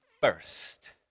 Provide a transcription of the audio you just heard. first